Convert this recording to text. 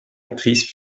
actrices